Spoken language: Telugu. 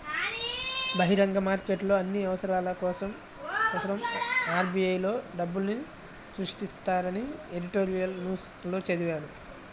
బహిరంగ మార్కెట్లో అన్ని అవసరాల కోసరం ఆర్.బి.ఐ లో డబ్బుల్ని సృష్టిస్తారని ఎడిటోరియల్ న్యూస్ లో చదివాను